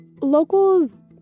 Locals